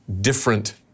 different